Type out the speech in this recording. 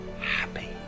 happy